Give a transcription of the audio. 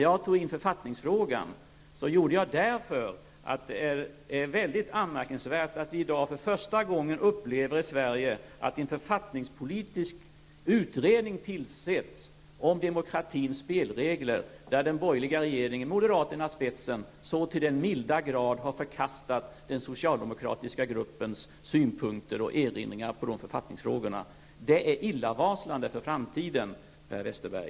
Jag tog upp författningsfrågan, och jag gjorde det därför att det är mycket anmärkningsvärt att vi i dag i Sverige för första gången upplever att man tillsätter en författningspolitisk utredning om demokratins spelregler och att regeringen, den borgerliga regeringen med moderaterna i spetsen, så till den milda grad förkastar oppositionens synpunkter och erinringar på de författningsfrågor som skall tas upp av utredningen. Det är illavarslande för framtiden, Per Westerberg.